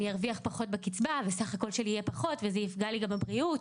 אני ארוויח פחות בקצבה וסך הכול שלי יהיה פחות וזה יפגע לי גם בבריאות,